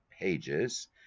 pages